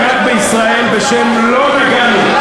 בישראל בשם "לא נגענו".